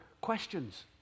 questions